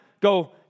go